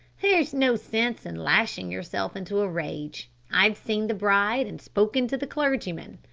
there's no sense in lashing yourself into a rage. i've seen the bride, and spoken to the clergyman.